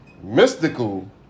Mystical